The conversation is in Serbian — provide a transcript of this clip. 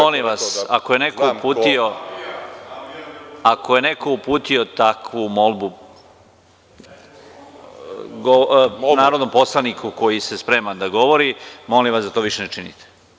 Molim vas, ako je neko uputio takvu molbu narodnom poslaniku koji se sprema da govori, molim vas da to više ne činite.